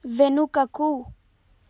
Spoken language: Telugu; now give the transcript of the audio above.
వెనుకకు